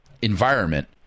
Environment